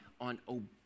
on